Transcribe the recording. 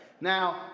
Now